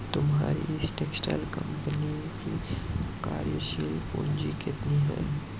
तुम्हारी इस textile company की कार्यशील पूंजी कितनी है?